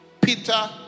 Peter